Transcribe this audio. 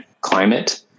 climate